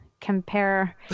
compare